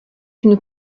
une